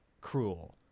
cruel